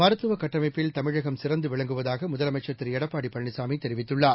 மருத்துவகட்டமைப்பில் தமிழகம் சிறந்துவிளங்குவதாகமுதலமைச்சர் திருஎடப்பாடிபழனிசாமிதெரிவித்துள்ளார்